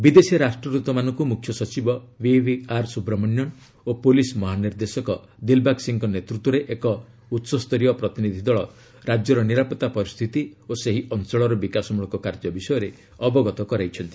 ବିଦେଶୀ ରାଷ୍ଟ୍ରଦତମାନଙ୍କୁ ମୁଖ୍ୟ ସଚିବ ବିଭିଆର୍ ସୁବ୍ରମଣ୍ୟନ ଓ ପୁଲିସ୍ ମହାନିର୍ଦ୍ଦେଶକ ଦିଲବାଗ ସିଂହଙ୍କ ନେତୃତ୍ୱରେ ଏକ ଦଳ ରାଜ୍ୟର ନିରାପତ୍ତା ପରିସ୍ଥିତି ଓ ସେହି ଅଞ୍ଚଳର ବିକାଶ ମୂଳକ କାର୍ଯ୍ୟ ବିଷୟରେ ଅବଗତ କରାଇଛନ୍ତି